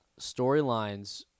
Storylines